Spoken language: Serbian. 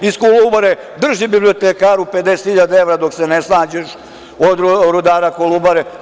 Iz Kolubare – drži bibliotekaru 50.000 evra dok se ne snađeš, od rudara Kolubare.